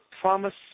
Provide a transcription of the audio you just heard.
promise